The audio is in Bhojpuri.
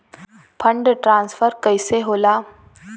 फण्ड ट्रांसफर कैसे होला?